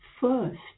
first